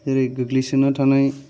जेरै गोगलैसोना थानाय